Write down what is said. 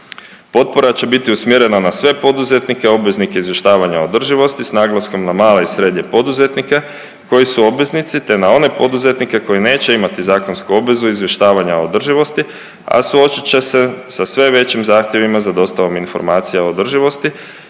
Potpora će biti usmjerena na sve poduzetnike, obveznike izvještavanja održivosti sa naglaskom na male i srednje poduzetnike koji su obveznici, te na one poduzetnike koji neće imati zakonsku obvezu izvještavanja o održivosti, a suočit će se sa sve većim zahtjevima za dostavom informacija o održivosti